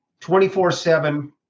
24-7